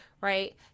Right